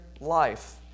life